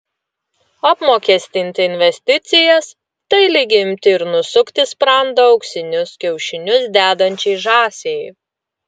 apmokestinti investicijas tai lyg imti ir nusukti sprandą auksinius kiaušinius dedančiai žąsiai